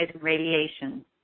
radiation